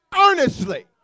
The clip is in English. earnestly